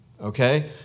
Okay